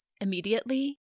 immediately